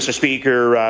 speaker,